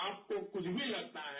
आप को कुछ भी लगता है